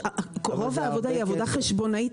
רוב העבודה היא עבודה חשבונאית,